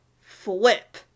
Flip